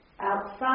outside